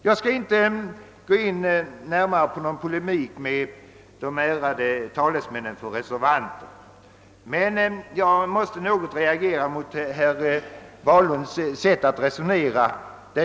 Jag skall inte närmare gå in på någon polemik med de ärade talesmännen för reservanterna, men jag måste något reagera mot herr Wahlunds sätt att resonera.